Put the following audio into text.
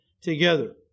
together